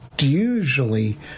usually